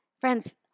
Friends